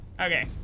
Okay